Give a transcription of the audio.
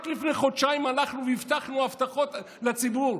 רק לפני חודשיים הלכנו והבטחנו הבטחות לציבור,